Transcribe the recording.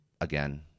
again